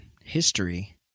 History